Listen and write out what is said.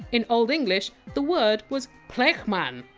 in old english the word was plegmann!